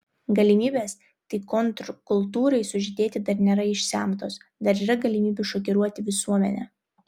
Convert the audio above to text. galimybės tai kontrkultūrai sužydėti dar nėra išsemtos dar yra galimybių šokiruoti visuomenę